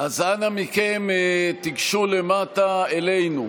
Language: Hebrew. אז אנא מכם, גשו אלינו למטה.